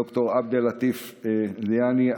ד"ר עבד א-לטיף א-זיאני,